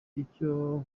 icyo